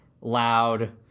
loud